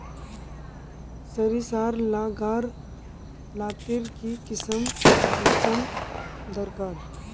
सरिसार ला गार लात्तिर की किसम मौसम दरकार?